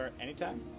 anytime